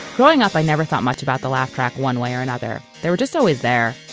growing up i never thought much about the laugh track one way or another. they were just always there.